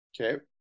okay